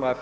Det